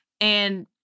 And-